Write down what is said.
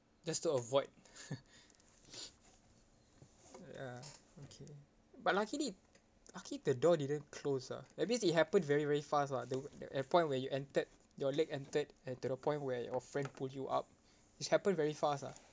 just to avoid ya okay but luckily lucky the door didn't close ah that means it happened very very fast lah the the at point where you entered your leg entered and to the point where your friend pull you up it's happened very fast ah